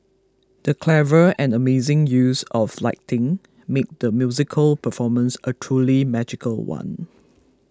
the clever and amazing use of lighting made the musical performance a truly magical one